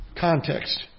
Context